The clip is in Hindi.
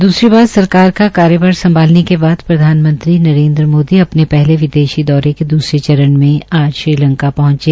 दूसरी बार सरकार का कार्यभार संभालने के बाद प्रधानमंत्री अपने पहले विदेशी दौरे के द्रसरे चरण में आज श्रीलंका पहंचे